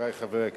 חברי חברי הכנסת,